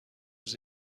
روز